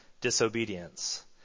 disobedience